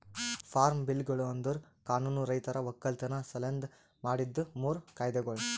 form ಬಿಲ್ಗೊಳು ಅಂದುರ್ ಕಾನೂನು ರೈತರ ಒಕ್ಕಲತನ ಸಲೆಂದ್ ಮಾಡಿದ್ದು ಮೂರು ಕಾಯ್ದೆಗೊಳ್